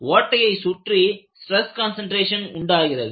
ஓட்டையை சுற்றி stress concentration உண்டாகிறது